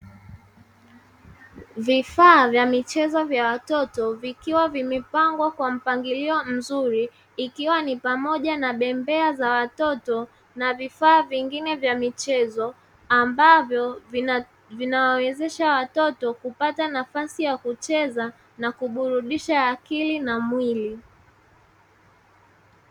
Vifaa vya michezo vya watoto vikiwa vimepangwa kwa mpangilio mzuri ikiwa ni pamoja na bembea za watoto na vifaa vingine vya michezo, ambavyo vinawawezesha watoto kupata nafasi ya kucheza na kuburudisha akili na mwili.